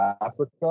Africa